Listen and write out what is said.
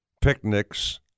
Picnics